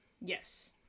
Yes